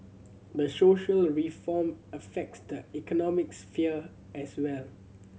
the social reform affects the economic sphere as well